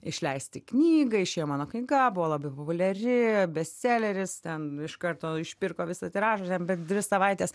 išleisti knygą išėjo mano knyga buvo labai populiari bestseleris ten iš karto išpirko visą tiražą ten per dvi savaites